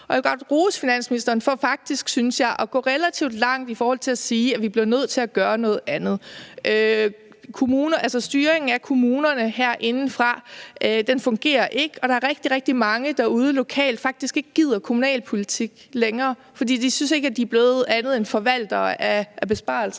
Jeg vil godt rose finansministeren for faktisk, synes jeg, at gå relativt langt i forhold til at sige, at vi bliver nødt til at gøre noget andet. Styringen af kommunerne herindefra fungerer ikke, og der er rigtig, rigtig mange derude lokalt, som faktisk ikke gider kommunalpolitik længere, for de synes ikke, at de er blevet andet end forvaltere af besparelser.